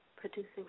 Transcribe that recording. Producing